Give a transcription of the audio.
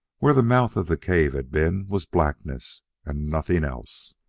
where the mouth of the cave had been was blackness and nothing else!